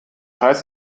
heißt